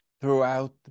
throughout